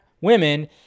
women